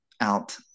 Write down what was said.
out